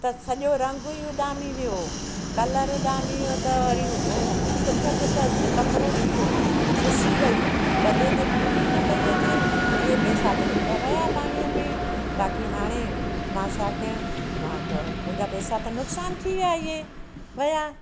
त सॼो रंग ई उॾामी वियो कलर उॾामी वियो त वरी उहा कुथ खुथ कपिड़ो थी वियो सुसी वई गदे ते पूरी न पई अचे इहे पेसा त मुंहिंजा विया पाणीअ में बाक़ी हाणे मां छा कयां मां त मुंहिंजा पेसा त नुक़सान थी विया इहे विया